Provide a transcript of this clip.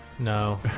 No